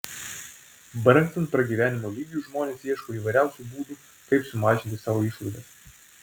brangstant pragyvenimo lygiui žmonės ieško įvairiausių būdų kaip sumažinti savo išlaidas